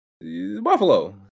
Buffalo